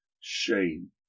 Shane